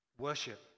Worship